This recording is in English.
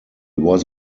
was